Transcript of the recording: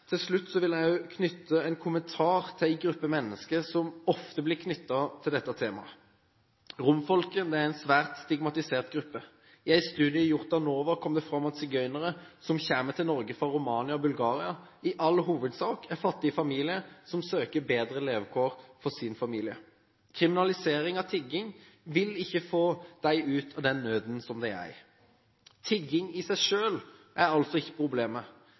Til slutt vil jeg knytte en kommentar til en gruppe mennesker som ofte blir knyttet til dette temaet. Romfolket er en svært stigmatisert gruppe. I en studie gjort av NOVA kom det fram at sigøynere som kommer til Norge fra Romania og Bulgaria, i all hovedsak er fattige familier som søker bedre levekår for sin familie. Kriminalisering av tigging vil ikke få dem ut av den nøden som de er i. Tigging i seg selv er altså ikke problemet,